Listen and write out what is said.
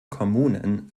kommunen